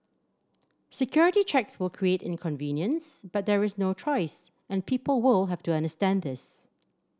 security checks will create inconvenience but there is no choice and people will have to understand this